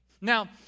now